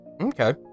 okay